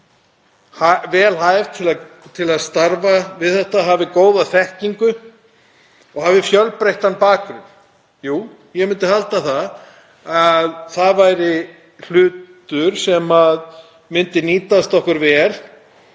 vel hæf til að starfa við það, hafi góða þekkingu og fjölbreyttan bakgrunn? Jú, ég myndi halda að það væri hlutur sem myndi nýtast okkur vel